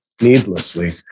needlessly